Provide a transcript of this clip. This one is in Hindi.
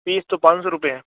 फीस तो पाँच सो रुपये हैं